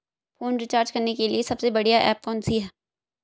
Phone recharge करने के लिए सबसे बढ़िया ऐप कौन सी है?